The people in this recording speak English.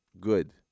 good